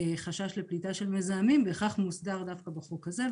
חשש לפליטה של מזהמים בהכרח מוסדר דווקא בחוק הזה.